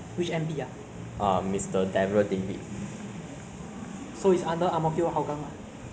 err is under miss ng if she's ah jalan kayu division